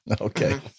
Okay